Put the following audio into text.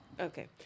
Okay